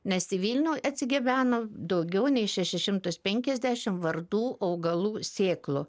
nes į vilnių atsigabeno daugiau nei šešis šimtus penkiasdešimt vardų augalų sėklų